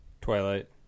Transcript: twilight